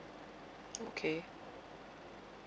okay